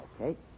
Okay